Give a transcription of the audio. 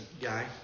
guy